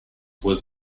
was